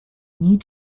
need